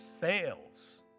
fails